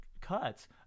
cuts